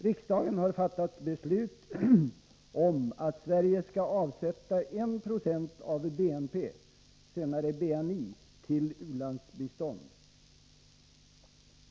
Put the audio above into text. Riksdagen har fattat beslut om att Sverige skall avsätta 1 20 av BNP, senare BNI till U-landsbistånd.